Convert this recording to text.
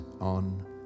on